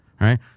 right